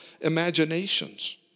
imaginations